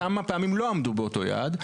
כמה פעמים לא עמדו באותו יעד,